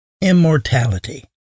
immortality